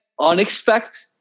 unexpect